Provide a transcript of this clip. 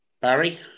Barry